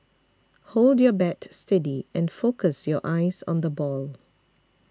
hold your bat steady and focus your eyes on the ball